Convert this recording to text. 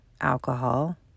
alcohol